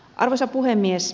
arvoisa puhemies